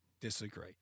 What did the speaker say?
Disagree